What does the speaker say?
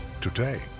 Today